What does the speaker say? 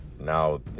Now